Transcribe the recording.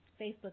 Facebook